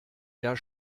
der